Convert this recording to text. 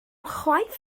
chwaith